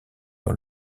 dans